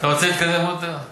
אתה רוצה להתקדם עוד, ?